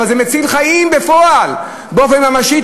אבל זה מציל חיים בפועל, באופן ממשי.